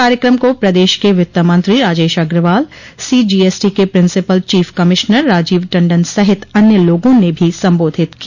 कार्यकम को प्रदेश के वित्त मंत्री राजेश अग्रवाल सीजीएसटी के principal chief commissioner Rajiv Tandon सहित अन्य लोगों ने भी सम्बोधित किया